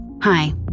Hi